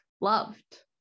loved